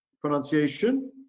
pronunciation